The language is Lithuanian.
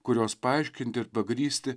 kurios paaiškinti ir pagrįsti